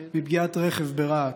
מפגיעת רכב ברהט.